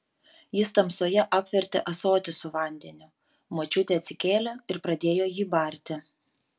jis tamsoje apvertė ąsotį su vandeniu močiutė atsikėlė ir pradėjo jį barti